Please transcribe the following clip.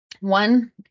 one